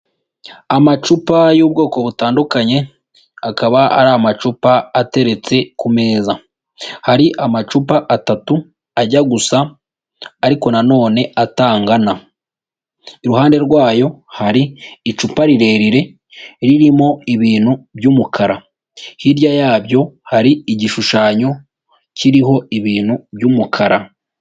Amacupa y'ubwoko butandukanye, akaba ari amacupa ateretse ku meza, hari amacupa atatu ajya gusa ariko na nonene atangana, iruhande rwayo hari icupa rirerire ririmo ibintu by'umukara, hirya yabyo hari igishushanyo kiriho ibintu by'umukara.